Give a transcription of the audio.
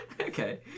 Okay